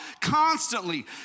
constantly